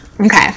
okay